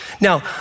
Now